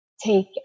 take